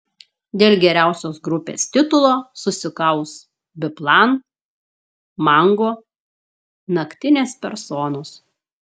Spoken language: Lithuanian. dėl geriausios grupės titulo susikaus biplan mango naktinės personos